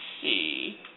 see